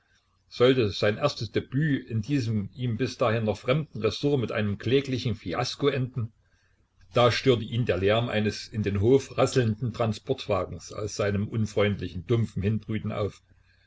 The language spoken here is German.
sollte sein erstes debüt in diesem ihm bis dahin noch fremden ressort mit einem kläglichen fiasko enden da störte ihn der lärm eines in den hof rasselnden transportwagens aus seinem unerfreulichen dumpfen hinbrüten auf